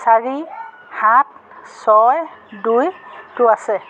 চাৰি সাত ছয় দুই টো আছে